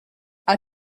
are